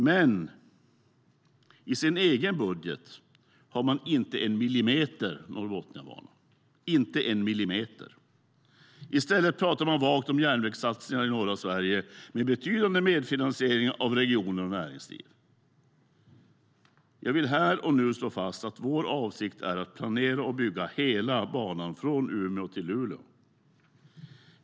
Men i sin egen budget har man inte en millimeter Norrbotniabana. I stället pratar man vagt om "järnvägssatsningar i norra Sverige med betydande medfinansiering av regioner och näringsliv".Jag vill här och nu slå fast att vår avsikt är att planera och bygga hela banan från Umeå till Luleå.